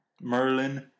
Merlin